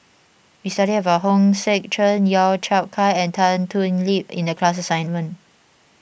we studied about Hong Sek Chern Lau Chiap Khai and Tan Thoon Lip in the class assignment